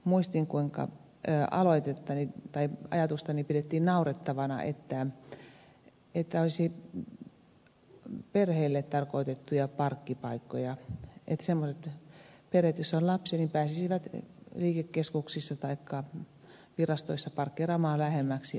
muistan kuinka sitä ajatustani pidettiin naurettavana että olisi perheelle tarkoitettuja parkkipaikkoja että semmoiset perheet joissa on lapsia pääsisivät liikekeskuksissa taikka virastoissa parkkeeraamaan lähemmäksi ovea